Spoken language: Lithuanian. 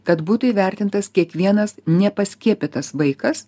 kad būtų įvertintas kiekvienas nepaskiepytas vaikas